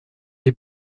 les